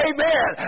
Amen